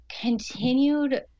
continued